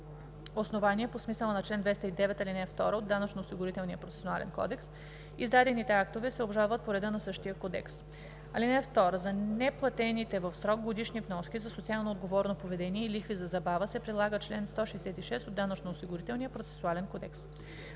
основание по смисъла на чл. 209, ал. 2 от Данъчно-осигурителния процесуален кодекс. Издадените актове се обжалват по реда на същия кодекс. (2) За неплатените в срок годишни вноски за социално отговорно поведение и лихви за забава се прилага чл. 166 от Данъчно-осигурителния процесуален кодекс.